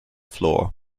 floor